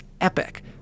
epic